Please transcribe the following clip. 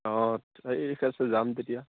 অঁ আছে যাম তেতিয়া